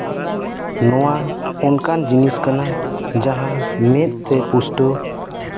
ᱱᱚᱣᱟ ᱚᱱᱠᱟᱱ ᱡᱤᱱᱤᱥ ᱠᱟᱱᱟ ᱡᱟᱦᱟᱸ ᱢᱮᱫ ᱛᱮ ᱯᱩᱥᱴᱟᱹᱣ